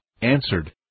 answered